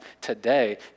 today